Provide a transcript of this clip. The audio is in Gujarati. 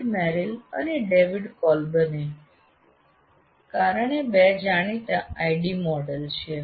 ડેવિડ મેરિલ અને ડેવિડ કોલ્બને કારણે બે જાણીતા ID મોડેલ છે